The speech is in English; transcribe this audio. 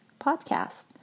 podcast